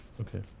Okay